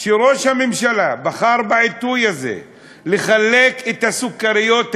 שראש הממשלה בחר בעיתוי הזה לחלק את הסוכריות האלה,